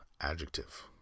Adjective